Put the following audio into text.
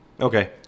Okay